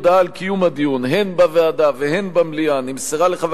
הודעה על קיום הדיון הן בוועדה והן במליאה נמסרה לחבר